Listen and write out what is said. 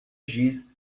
giz